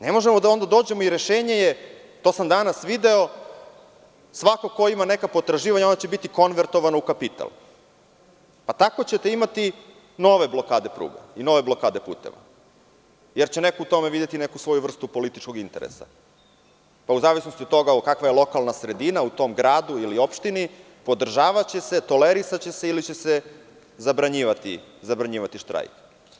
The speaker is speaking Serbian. Ne možemo da onda dođemo i rešenje je, to sam danas video, svako ko ima neka potraživanja, onda će biti konvertovano u kapital, tako ćete imati nove blokade pruge i nove blokade puteva, jer će neko u tome videti neku svoju vrstu političkog interesa, pa u zavisnosti od toga kakva je lokalna sredina u tom gradu ili opštini podržavaće se, tolerisaće se ili će se zabranjivati štrajk.